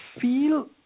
feel